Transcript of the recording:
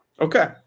okay